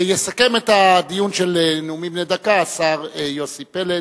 יסכם את הדיון של נאומים בני דקה השר יוסי פלד,